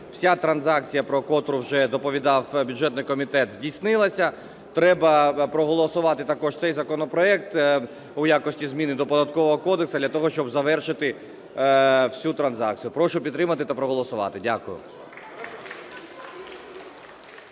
вся трансакція, про котру вже доповідав бюджетний комітет, здійснилася, треба проголосувати також цей законопроект у якості зміни до Податкового кодексу для того, щоб завершити всю трансакцію. Прошу підтримати та проголосувати. Дякую.